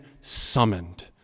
summoned